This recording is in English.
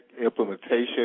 implementation